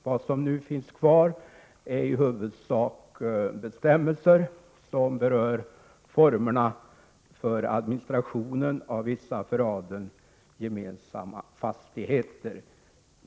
Vad som nu finns kvar är i huvudsak bestämmelser som rör formerna för administration av vissa för adeln gemensamma fastigheter.